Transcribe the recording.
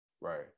Right